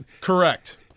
correct